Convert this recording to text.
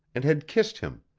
and had kissed him,